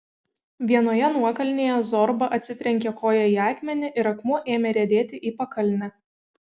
vienoje nuokalnėje zorba atsitrenkė koja į akmenį ir akmuo ėmė riedėti į pakalnę